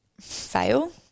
fail